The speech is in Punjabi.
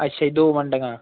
ਅੱਛਾ ਜੀ ਦੋ ਮੰਡੀਆਂ